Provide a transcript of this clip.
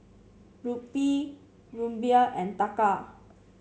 Rupee Ruble and Taka